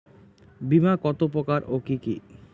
বীমা কত প্রকার ও কি কি?